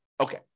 Okay